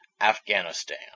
Afghanistan